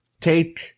Take